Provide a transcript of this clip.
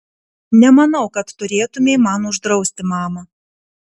nemanau kad turėtumei man uždrausti mama